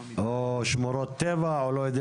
או שמורות טבע וכו'.